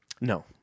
No